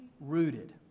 rooted